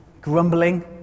grumbling